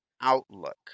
outlook